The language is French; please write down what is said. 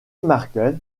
markel